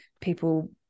people